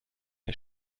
der